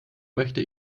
möchte